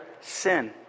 sin